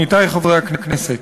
עמיתי חברי הכנסת,